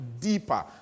deeper